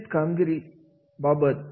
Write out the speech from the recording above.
अशा पद्धतीने आर्यांचे वर्गीकरण केले जाते